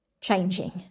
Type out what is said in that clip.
changing